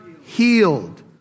healed